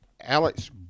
Alex